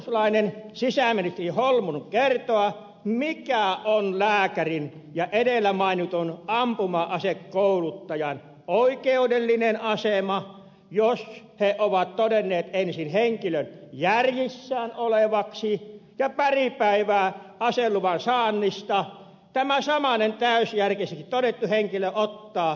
osaako kokoomuslainen sisäasiainministeri holmlund kertoa mikä on lääkärin ja edellä mainitun ampuma asekouluttajan oikeudellinen asema jos he ovat todenneet ensin henkilön järjissään olevaksi ja pari päivää aseluvan saannista tämä samainen täysijärkiseksi todettu henkilö ottaa ja tekee joukkosurman